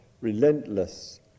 relentless